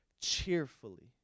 cheerfully